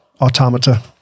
automata